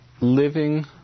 living